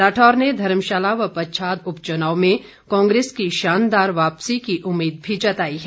राठौर ने धर्मशाला व पच्छाद उपचुनाव में कांग्रेस की शानदार वापसी की उम्मीद भी जताई है